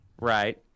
right